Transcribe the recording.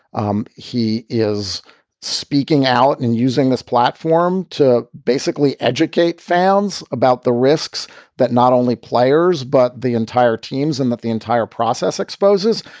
um he is speaking out and using this platform to basically educate founds about the risks that not only players, but the entire teams and that the entire process exposes.